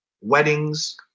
weddings